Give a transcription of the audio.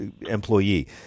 employee